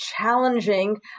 challenging